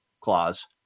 clause